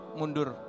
mundur